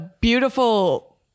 beautiful